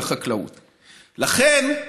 לכן,